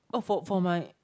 oh for for my